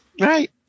Right